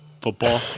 football